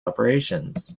operations